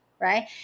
right